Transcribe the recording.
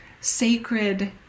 sacred